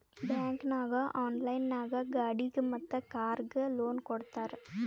bank ನಾಗ್ online ನಾಗ್ ಗಾಡಿಗ್ ಮತ್ ಕಾರ್ಗ್ ಲೋನ್ ಕೊಡ್ತಾರ್